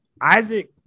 isaac